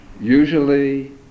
Usually